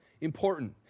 important